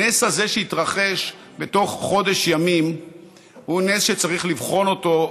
הנס הזה שהתרחש בתוך חודש ימים הוא נס שצריך לבחון אותו,